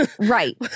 Right